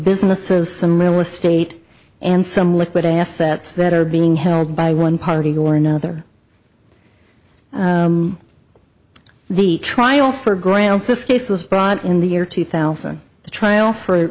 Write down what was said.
businesses some real estate and some liquid assets that are being held by one party or another the trial for grants this case was brought in the year two thousand the trial for